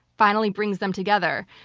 finally brings them together,